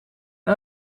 een